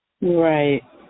Right